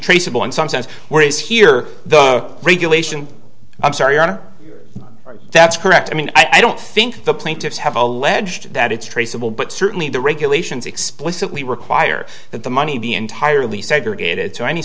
traceable in some sense whereas here the regulation i'm sorry are that's correct i mean i don't think the plaintiffs have alleged that it's traceable but certainly the regulations explicitly require that the money be entirely segregated